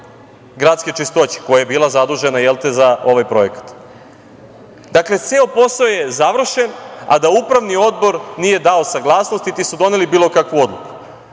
„Gradske čistoće“, koja je bila zadužena za ovaj projekat. Dakle, ceo posao je završen, a da upravni odbor nije dao saglasnost, niti su doneli bilo kakvu odluku.